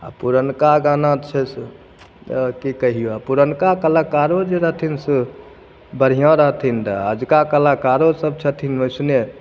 आ पुरनका गाना छै से की कहियऽ पुरनका कलाकारो जे रहथिन से बढ़िऑं रहथिन रऽ अजुका कलाकारोसब छथिन ओइसने